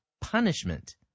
punishment